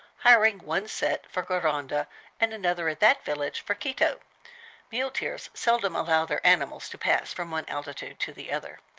hiring one set for guaranda and another at that village for quito muleteers seldom allow their animals to pass from one altitude to the other.